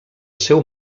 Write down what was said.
seu